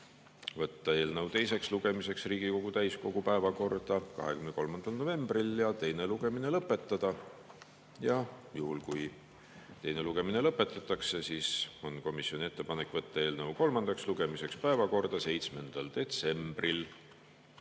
võtta eelnõu teiseks lugemiseks Riigikogu täiskogu päevakorda 23. novembriks ja teine lugemine lõpetada. Juhul, kui teine lugemine lõpetatakse, on komisjoni ettepanek võtta eelnõu kolmandaks lugemiseks päevakorda 7. detsembriks